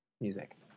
music